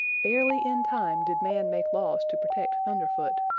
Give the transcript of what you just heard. barely in time did man make laws to protect thunderfoot.